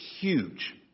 huge